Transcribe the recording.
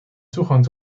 toegang